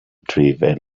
drivel